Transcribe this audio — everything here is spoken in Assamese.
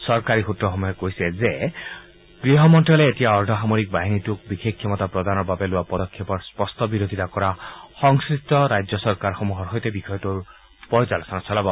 চৰকাৰী সূত্ৰসমূহে কৈছে যে গৃহ মন্ত্যালয়ে এতিয়া অৰ্ধ সামৰিক বাহিনীটোক বিশেষ ক্ষমতা প্ৰদানৰ বাবে লোৱা পদক্ষেপৰ স্পষ্ট বিৰোধিতা কৰা সংশ্লিষ্ট ৰাজ্য চৰকাৰসমূহৰ সৈতে বিষয়টোৰ পৰ্যালোচনা চলাব